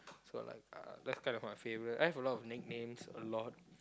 so like uh that's kind of my favourite I have a lot of nicknames a lot